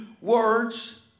words